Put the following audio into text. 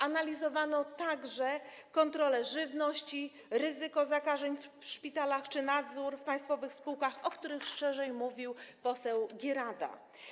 Analizowano także kontrole żywności, ryzyko zakażeń w szpitalach czy nadzór w państwowych spółkach, o których szerzej mówił poseł Gierada.